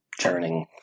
churning